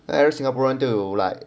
every singaporean 都有 like